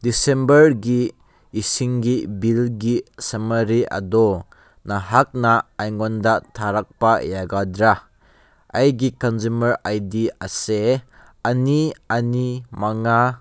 ꯗꯤꯁꯦꯝꯕꯔꯒꯤ ꯏꯁꯤꯡꯒꯤ ꯕꯤꯜꯒꯤ ꯁꯃꯔꯤ ꯑꯗꯣ ꯅꯍꯥꯛꯅ ꯑꯩꯉꯣꯟꯗ ꯊꯥꯔꯛꯄ ꯌꯥꯒꯗ꯭ꯔꯥ ꯑꯩꯒꯤ ꯀꯟꯖꯨꯃꯔ ꯑꯥꯏ ꯗꯤ ꯑꯁꯦ ꯑꯅꯤ ꯑꯅꯤ ꯃꯉꯥ